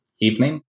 evening